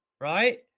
right